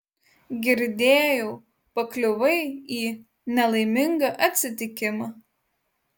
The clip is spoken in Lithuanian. girdėjau pakliuvai į nelaimingą atsitikimą